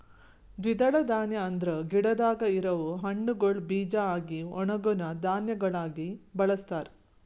ದ್ವಿದಳ ಧಾನ್ಯ ಅಂದುರ್ ಗಿಡದಾಗ್ ಇರವು ಹಣ್ಣುಗೊಳ್ ಬೀಜ ಆಗಿ ಒಣುಗನಾ ಧಾನ್ಯಗೊಳಾಗಿ ಬಳಸ್ತಾರ್